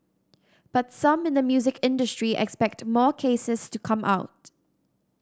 but some in the music industry expect more cases to come out